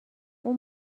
اون